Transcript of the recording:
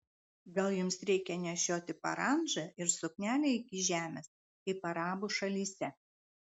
gal jums reikia nešioti parandžą ir suknelę iki žemės kaip arabų šalyse